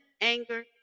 anger